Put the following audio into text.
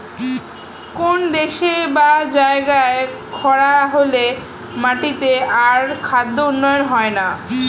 কোন দেশে বা জায়গায় খরা হলে মাটিতে আর খাদ্য উৎপন্ন হয় না